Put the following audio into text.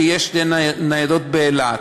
כי יש שתי ניידות באילת.